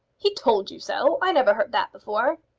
he told you so! i never heard that before.